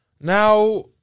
Now